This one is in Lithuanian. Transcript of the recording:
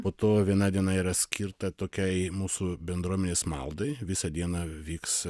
po to viena diena yra skirta tokiai mūsų bendruomenės maldai visą dieną vyks